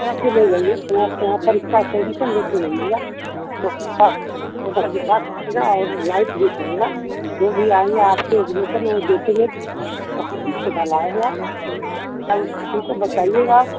हाँ खिलने लगेंगे समय समय पर उसका पोजिसन लेते रहिएगा और लाइट देख लीजिएगा जो भी आएंगे आपके रिलेसन में लोग देखेंगे कहाँ से पौधा लाए हो आप अप उनको बताइएगा